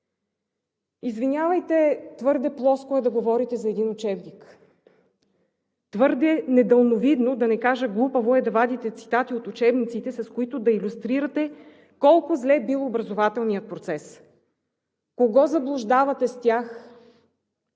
Извинявайте, твърде плоско е да говорите за един учебник. Твърде недалновидно, да не кажа глупаво, е да вадите цитати от учебниците, с които да илюстрирате колко зле бил образователният процес. Кого заблуждавате с тях?